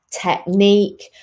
technique